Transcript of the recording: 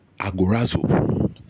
agorazo